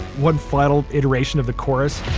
one final iteration of the chorus